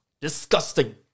disgusting